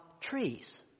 trees